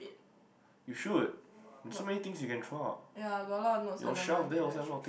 got yah got a lot of notes at the mind bed right I should throw